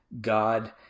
God